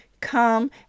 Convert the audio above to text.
come